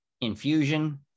Infusion